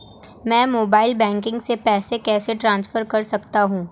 मैं mobile banking से पैसे कैसे ट्रांसफर कर सकता हूं?